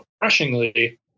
refreshingly